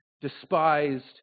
despised